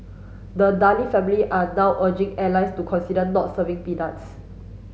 the Daley family are now urging airlines to consider not serving peanuts